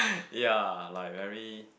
ya like very